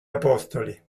apostoli